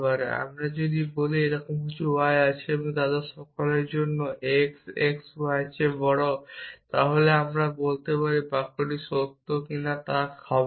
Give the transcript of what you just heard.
কিন্তু আমি যদি বলি এইরকম কিছু y আছে এমন যে সকলের জন্য x x y এর চেয়ে বড় তাহলে আমি বলতে পারি বাক্যটি সত্য কিনা তা হবে না